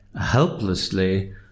helplessly